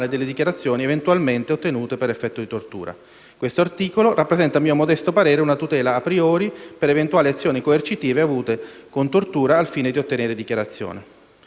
delle dichiarazioni eventualmente ottenute per effetto di tortura. Questo articolo rappresenta - a mio modesto parere - una tutela *a priori* per eventuali azioni coercitive avute con tortura al fine di ottenere dichiarazioni.